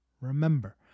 remember